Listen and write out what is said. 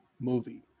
movie